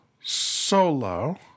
solo